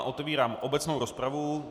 Otevírám obecnou rozpravu.